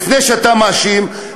לפני שאתה מאשים,